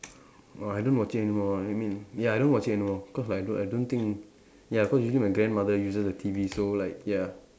!wah! I don't watch it anymore I mean ya I don't watch it anymore cause like I don't I don't think ya cause usually my grandmother uses the T_V so like ya